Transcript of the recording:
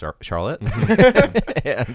charlotte